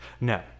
No